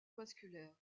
vasculaire